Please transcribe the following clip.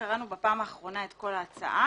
קראנו בפעם האחרונה את כל ההצעה.